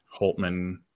Holtman